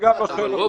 לא שואל אותך.